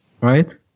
Right